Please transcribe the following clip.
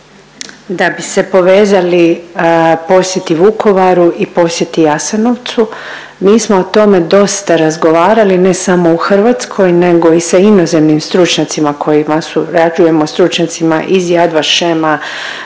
da bi se povezali posjeti Vukovaru i posjeti Jasenovcu. Mi smo o tome dosta razgovarali, ne samo u Hrvatskoj, nego i sa inozemnim stručnjacima kojima surađujemo stručnjacima iz Yad Vashema,